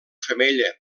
femella